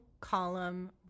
column